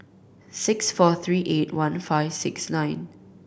six four three eight one five six nine